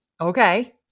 Okay